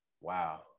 Wow